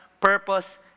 purpose